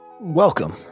Welcome